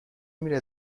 میره